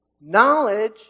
Knowledge